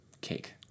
Cake